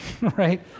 Right